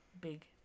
big